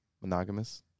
monogamous